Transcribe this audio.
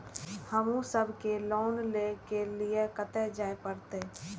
हमू सब के लोन ले के लीऐ कते जा परतें?